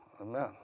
Amen